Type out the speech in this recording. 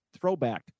throwback